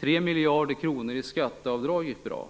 3 miljarder kronor i skatteavdrag gick bra,